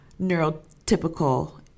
neurotypical